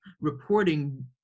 reporting